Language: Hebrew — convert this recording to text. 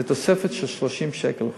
זה תוספת של 30 שקל בחודש.